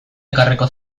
ekarriko